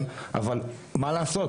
אבל מה לעשות,